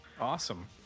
Awesome